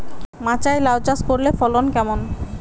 মাচায় লাউ চাষ করলে ফলন কেমন?